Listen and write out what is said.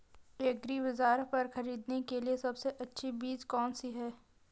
एग्रीबाज़ार पर खरीदने के लिए सबसे अच्छी चीज़ कौनसी है?